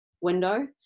window